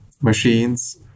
machines